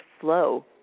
flow